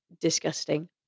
disgusting